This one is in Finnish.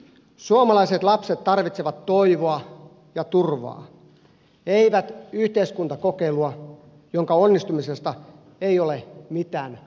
suomalaiset lapset tarvitsevat toivoa ja turvaa eivät yhteiskuntakokeilua jonka onnistumisesta ei ole mitään takeita